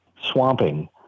swamping